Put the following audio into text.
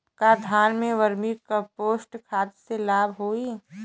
का धान में वर्मी कंपोस्ट खाद से लाभ होई?